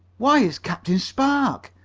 why, it's captain spark!